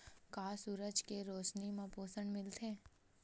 का सूरज के रोशनी म पोषण मिलथे?